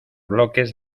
bloques